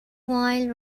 wine